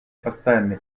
постоянное